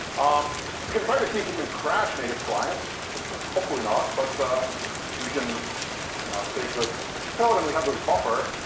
um we can try to see if we could crash native client but hopefully not, but we can you know take this code and we have this buffer.